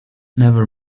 never